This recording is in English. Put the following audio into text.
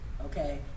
okay